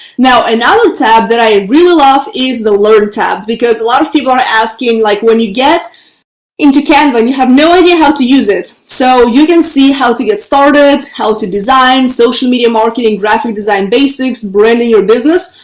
now another tab that i really love is the learn tab because a lot of people are asking like when you get into canva and you have no idea how to use it. so you can see how to get started, how to design social media marketing, graphic design basics, branding your business.